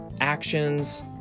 actions